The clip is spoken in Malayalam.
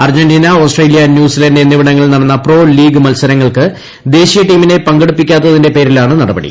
അർജന്റീന ഓസ്ട്രേലിയ ന്യൂസിലാന്റ് എന്നിവിടങ്ങളിൽ നടന്ന പ്രൊ ലീഗ് മത്സരങ്ങൾക്ക് ദേശീയ ടീമിനെ പങ്കെടുപ്പിക്കാത്തതിന്റെ പേരിലാണ് നടപടി